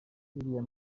iriya